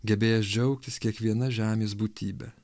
gebėjęs džiaugtis kiekviena žemės būtybe